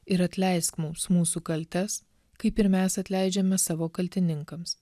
ir atleisk mums mūsų kaltes kaip ir mes atleidžiame savo kaltininkams